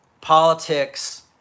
politics